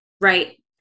right